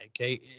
Okay